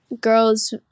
girls